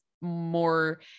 more